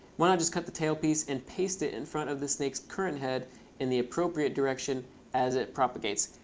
why not just cut the tail piece and paste it in front of the snake's current head in the appropriate direction as it propagates?